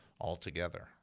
altogether